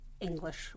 English